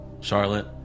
Charlotte